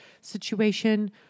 situation